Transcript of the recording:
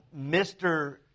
Mr